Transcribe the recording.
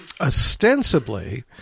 ostensibly